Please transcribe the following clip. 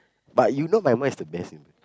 but you know my mum is the best